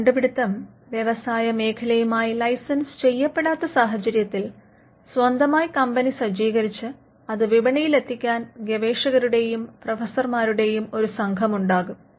ഒരു കണ്ടുപിടുത്തം വ്യവസായമേഖലയുമായി ലൈസൻസ് ചെയ്യപ്പെടാത്ത സാഹചര്യത്തിൽ സ്വന്തമായി കമ്പനി സജ്ജീകരിച്ച് അത് വിപണിയിലെത്തിക്കാൻ ഗവേഷകരുടെയും പ്രൊഫസർമാരുടെയും ഒരു സംഘം ഉണ്ടാകും